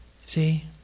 See